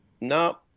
no